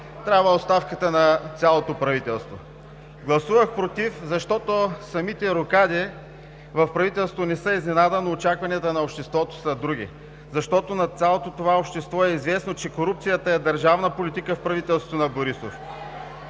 Трябва оставката на цялото правителство. Гласувах „против“, защото самите рокади в правителството не са изненада, но очакванията на обществото са други. Защото на цялото това общество е известно, че корупцията е държавна политика в правителството на Борисов.